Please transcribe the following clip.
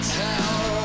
tell